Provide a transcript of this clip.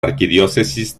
arquidiócesis